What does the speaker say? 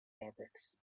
fabrics